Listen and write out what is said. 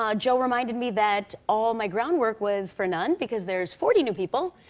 um joe reminded me that all my groundwork was for none because there's forty new people,